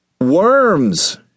Worms